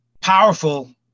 powerful